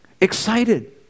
Excited